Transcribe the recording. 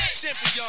champion